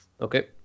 Okay